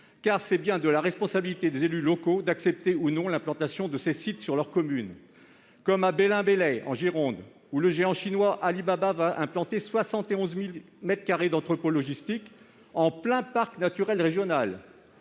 relève bien de la responsabilité des élus locaux d'accepter, ou non, l'implantation de ces sites sur leur commune. C'est le cas à Belin-Béliet, en Gironde, où le géant chinois Alibaba va implanter 71 000 mètres carrés d'entrepôts logistiques en plein parc naturel régional,